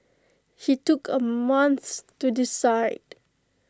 he took A month to decide